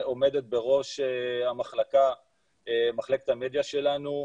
שעומדת בראש מחלקת המדיה שלנו,